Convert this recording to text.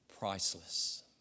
Priceless